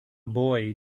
boy